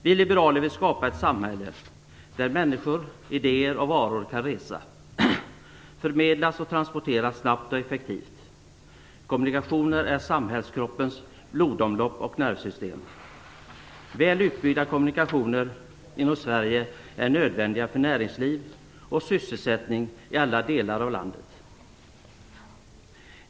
Vi liberaler vill skapa ett samhälle där människor, idéer och varor kan resa, förmedlas och transporteras snabbt och effektivt. Kommunikationer är samhällskroppens blodomlopp och nervsystem. Väl utbyggda kommunikationer inom Sverige är nödvändiga för näringsliv och sysselsättning i alla delar av landet.